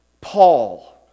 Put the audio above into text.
Paul